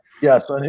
Yes